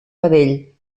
vedell